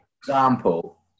Example